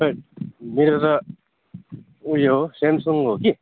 मेरो त उयो हो स्यामसङ हो कि